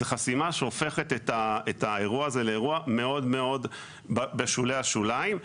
זה חסימה שהופכת את האירוע הזה לאירוע מאוד בשולי השוליים.